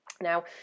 Now